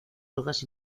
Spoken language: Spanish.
drogas